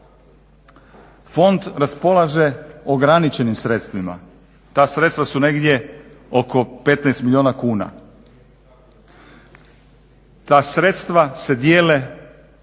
Fond raspolaže ograničenim sredstvima, ta sredstva su negdje oko 15 milijuna kuna. Ta sredstva se dijele